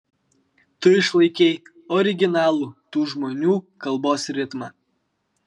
tu išlaikei originalų tų žmonių kalbos ritmą